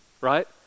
right